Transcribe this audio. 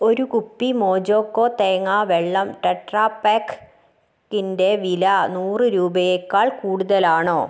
ഒരു കുപ്പി മോജോകോ തേങ്ങാവെള്ളം ടെട്രാപാക്കിന്റെ വില നൂറ് രൂപയേക്കാൾ കൂടുതലാണോ